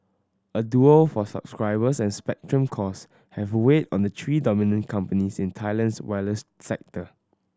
a duel for subscribers and spectrum cost have weighed on the three dominant companies in Thailand's wireless sector